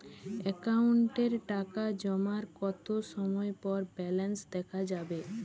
অ্যাকাউন্টে টাকা জমার কতো সময় পর ব্যালেন্স দেখা যাবে?